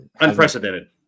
unprecedented